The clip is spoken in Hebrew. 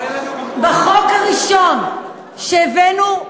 החוק הראשון שהבאנו,